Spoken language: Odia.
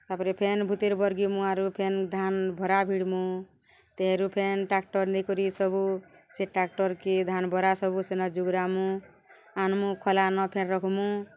ତା'ପରେ ଫେନ୍ ଭୁତେର୍ ବର୍ଗିମୁ ଆରୁ ଫେନ୍ ଧାନ୍ ଭରା ଭିଡ଼୍ମୁ ତେହେରୁ ଫେନ୍ ଟ୍ରାକ୍ଟର୍ ନେଇକରି ସବୁ ସେ ଟ୍ରାକ୍ଟର୍କେ ଧାନ୍ ଭରା ସବୁ ସେନ ଜଗାମୁ ଆନ୍ମୁ ଖଲା ନ ଫେନ୍ ରଖ୍ମୁ